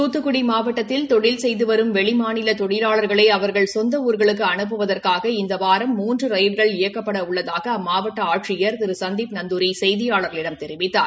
தூத்துக்குடி மாவட்டத்தில் தொழில் செய்து வரும் வெளிமாநில தொழிலாளர்களை அவர்கள் சொந்த ஊர்களுக்கு அனுப்புவதற்காக இந்த வாரம் மூன்று ரயில்கள் இயக்கப்பட உள்ளதாக அம்மாவட்ட ஆட்சியர் திரு சந்தீப் நந்தூரி செய்தியாளர்களிடம் தெரிவித்தார்